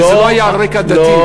שזה לא היה על רקע דתי.